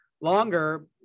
longer